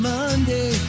Monday